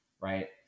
right